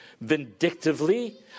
vindictively